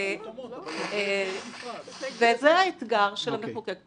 עלות ההפקה והכסף שהתגלגל סביב ההפקה הזאת הוא בין 10 ל-16 אלף שקלים.